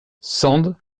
sand